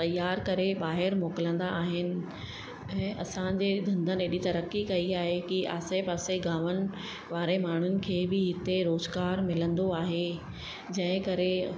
तयार करे ॿाहिरि मोकिलंदा आहिनि ऐं असांजे धंधनि एॾी तरक़ी कई आहे की आसे पासे गामनि वारे माण्हुनि खे बि हिते रोज़गारु मिलंदो आहे जंहिं करे